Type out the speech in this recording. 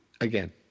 again